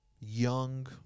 young